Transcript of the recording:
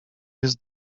jest